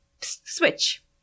switch